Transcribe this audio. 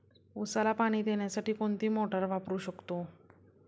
उसाला पाणी देण्यासाठी कोणती मोटार वापरू शकतो?